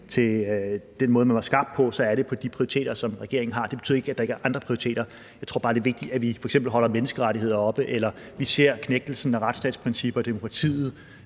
til den måde, man er skabt på, så er det på de prioriteter, som regeringen har. Det betyder ikke, at der ikke er andre prioriteter. Jeg tror bare, det er vigtigt, at vi specielt holder menneskerettigheder oppe, og at det, når vi ser knægtelsen af retsstatsprincipper og demokratiet,